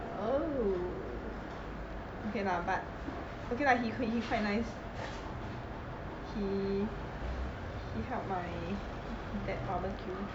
oh okay lah but okay lah he he quite nice he he help my dad barbecue